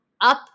Up